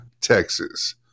Texas